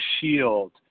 shield